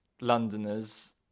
Londoners